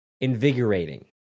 invigorating